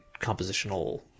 compositional